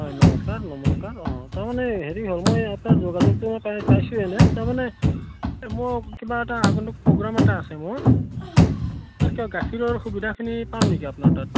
হয় নমস্কাৰ নমস্কাৰ অঁ তাৰমানে হেৰি হ'ল মই আপোনাৰ যোগাযোগটো মই পাই পাইছোঁ এনে তাৰমানে মই কিবা এটা আগন্তুক প্ৰগ্ৰাম এটা আছে মোৰ তাত কিবা গাখীৰৰ সুবিধাখিনি পাম নেকি আপোনাৰ তাত